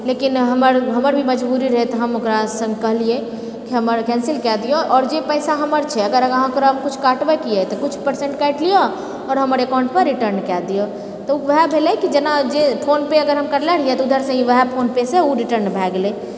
लेकिन हमर हमर भी मजबूरी रहै हम ओकरासँ कहलिए कि हमर कैंसिल कए दिऔ आओर जे पैसा हमर छै अगर अहाँ ओकरा किछु काटबैके इएह तऽ किछु परसेंट काटि लिअऽ आओर ओएह भेलेहँ कि जेना जे फोनपे हम करले रहिए तऽ उधरसँ ही ओएह फोनपे से ओ रिटर्न भए गेलै